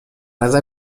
نظر